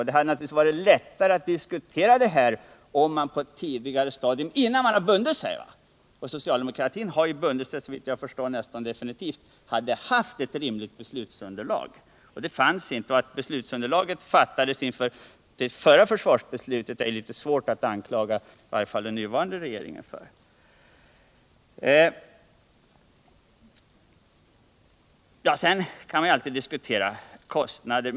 Det hade naturligtvis varit lättare at: diskutera detta om man på ett tidigare stadium — innan man hade bundit siz; socialdemokratin har såvitt jag kan förstå bundit sig så gott som definitivt — hade haft ett rimligt beslutsunderlag. Det fanns inte. Och att beslutsunderlaget saknades inför förra försvarsbeslutet är det litet svårt att anklaga den nuvarande regeringen för. Man kan alltid diskutera kostnad2r.